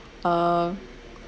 uh